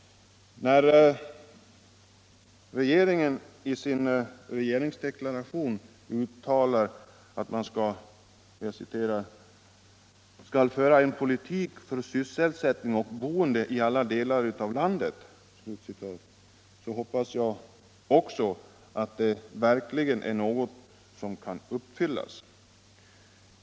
När regeringen i sin regeringsdeklaration uttalar att man ”skall föra en politik för sysselsättning och boende i alla delar av landet”, hoppas jag också att det verkligen är något som kan uppfyllas.